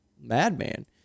madman